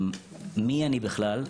מי אני בכלל,